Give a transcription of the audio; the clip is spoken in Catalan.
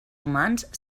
humans